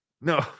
No